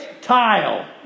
tile